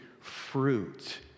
fruit